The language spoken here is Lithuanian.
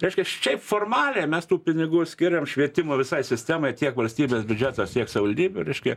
reiškias šiaip formaliai mes tų pinigų skiriam švietimo visai sistemai tiek valstybės biudžetas tiek savaldybių reiškia